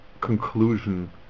conclusion